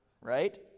right